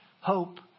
hope